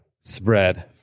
spread